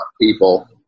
people